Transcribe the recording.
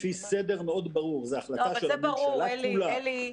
לפי סדר מאוד ברור, זו החלטה של הממשלה כולה.